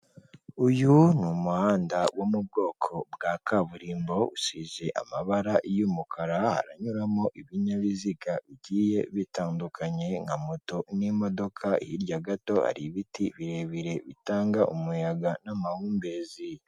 Uyuni umuhanda wo mu bwoko bwa kaburimbo, usize amabara y'umukara haranyuramo ibinyabiziga bigiye bitandukanye, nka moto n'imodoka hirya gato ari ibiti birebire bitanga umu n'amahumbezi.